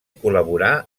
col·laborà